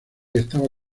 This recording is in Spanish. estaba